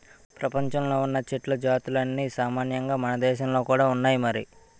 ప్రపంచంలో ఉన్న చెట్ల జాతులన్నీ సామాన్యంగా మనదేశంలో కూడా ఉన్నాయి మరి